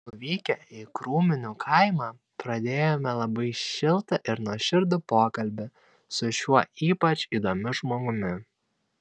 nuvykę į krūminių kaimą pradėjome labai šiltą ir nuoširdų pokalbį su šiuo ypač įdomiu žmogumi